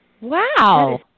Wow